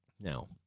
Now